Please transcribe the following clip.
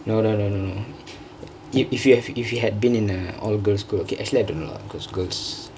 no no no if you have if you had been in a all girls' school okay actually I don't know lah cause girls